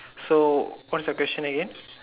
so what is the question again